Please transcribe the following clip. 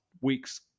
week's